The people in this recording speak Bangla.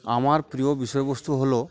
আমার প্রিয় বিষয়বস্তু হলো